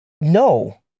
no